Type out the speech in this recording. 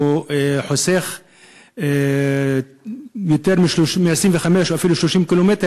חוסך יותר מ-25 או אפילו 30 קילומטר,